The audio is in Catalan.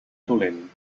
dolent